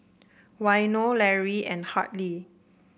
Waino Lary and Hartley